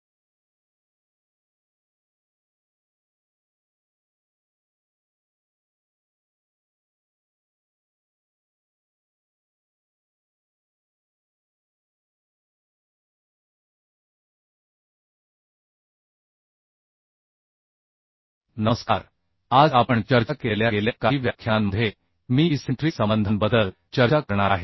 नमस्कार आज आपण चर्चा केलेल्या गेल्या काही व्याख्यानांमध्ये मी इसेंट्रिक संबंधांबद्दल चर्चा करणार आहे